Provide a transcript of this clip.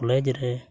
college